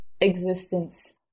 existence